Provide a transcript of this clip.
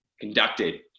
conducted